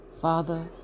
Father